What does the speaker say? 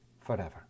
forever